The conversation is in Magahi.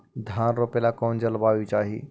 धान रोप ला कौन जलवायु चाही?